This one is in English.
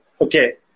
Okay